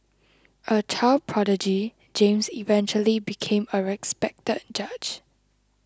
a child prodigy James eventually became a respected judge